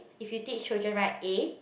if you teach children right A